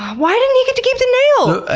why didn't he get to keep the nail!